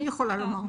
אני יכולה לומר,